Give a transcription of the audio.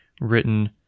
written